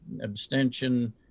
abstention